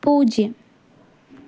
പൂജ്യം